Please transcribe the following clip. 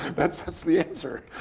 that's that's the answer.